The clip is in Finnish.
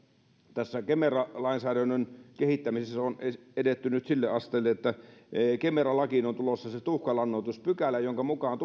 tässä kemera lainsäädännön kehittämisessä on edetty nyt sille asteelle että kemera lakiin on tulossa se tuhkalannoituspykälä jonka mukaan